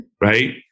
Right